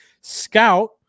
scout